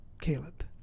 Caleb